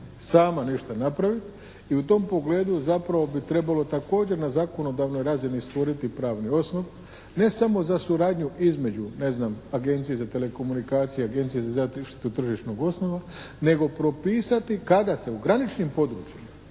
sama ništa napraviti i u tom pogledu zapravo bi trebalo također na zakonodavnoj razini stvoriti pravni osnov ne samo za suradnju između ne znam Agencije za telekomunikacije, Agencije za zaštitu tržišnog …/Govornik se ne razumije./… nego propisati kada se u graničnim područjima